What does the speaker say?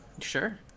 Sure